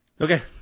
Okay